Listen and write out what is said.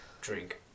drink